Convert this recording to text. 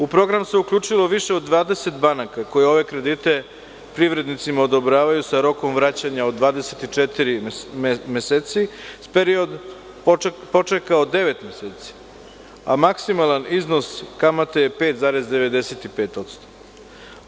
U program se uključilo više od 20 banaka, koje ove kredite privrednicima odobravaju sa rokom vraćanja od 24 meseci sa periodom počeka od devet meseci, a maksimalan iznos kamate je 5,95%